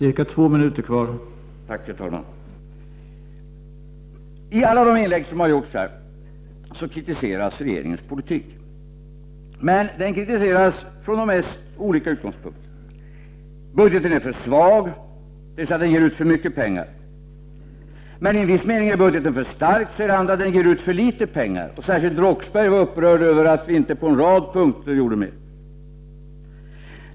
I alla inlägg här kritiseras regeringens politik, och då från de mest olika utgångspunkter. Budgeten är för svag — dvs. den ger ut för mycket pengar. Men i en viss mening är budgeten för stark — dvs. den ger ut för litet pengar. Särskilt Claes Roxbergh var upprörd över att vi på en rad punkter inte har gjort mera.